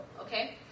Okay